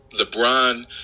LeBron –